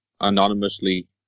anonymously